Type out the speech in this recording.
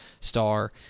Star